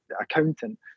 accountant